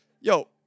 yo